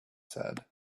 said